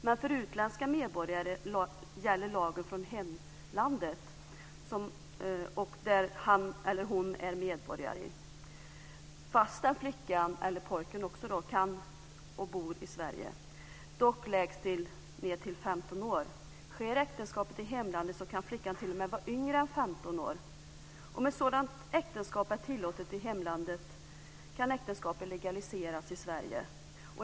Men för utländska medborgare gäller lagen i det land som han eller hon är medborgare i fastän flickan eller pojken bor i Sverige, men ingen under 15 år får ingå äktenskap. Sker äktenskapet i hemlandet kan flickan t.o.m. vara yngre än 15 år. Om ett sådant äktenskap är tillåtet i hemlandet kan äktenskapet legaliseras i Sverige.